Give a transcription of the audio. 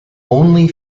only